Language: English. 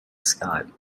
scott